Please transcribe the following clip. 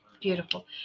beautiful